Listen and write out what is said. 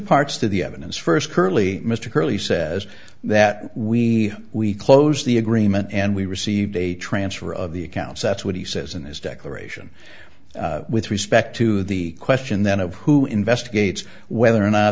parts to the evidence first curley mr curly says that we we close the agreement and we received a transfer of the accounts that's what he says in his declaration with respect to the question then of who investigates whether or not